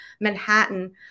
Manhattan